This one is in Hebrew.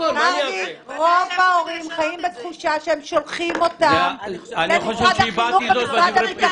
רוב ההורים חיים בתחושה שהם שולחים אותם למשרד החינוך.